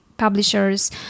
publishers